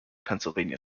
pennsylvania